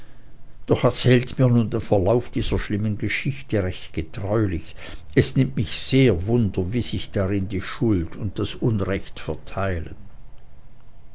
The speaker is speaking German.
doch erzählt mir nun den verlauf dieser schlimmen geschichte recht getreulich es nimmt mich sehr wunder wie sich darin die schuld und das unrecht verteilen